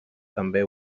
també